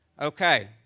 okay